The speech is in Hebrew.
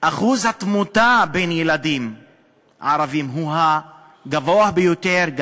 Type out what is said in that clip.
גם אחוז התמותה של ילדים ערבים הוא הגבוה ביותר.